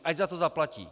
Ať za to zaplatí.